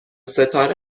ستاره